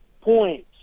points